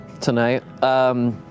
tonight